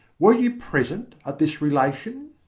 were you present at this relation?